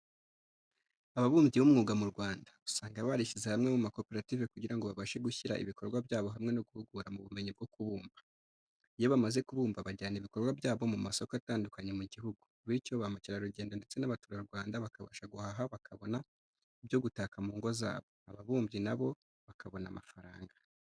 Ababumbyi b'umwuga mu Rwanda, usanga barishyize hamwe mu makoperative kugira ngo babashe gushyira ibikorwa byabo hamwe no guhugurana mu bumenyi bwo kubumba. Iyo bamaze kubumba bajyana ibikorwa byabo mu masoko atandukanye mu gihugu, bityo ba mukerarugendo ndetse n'abaturarwanda bakabasha guhaha bakabona ibyo gutaka mu ngo zabo, ababumbyi na bo bakabona amafaranga.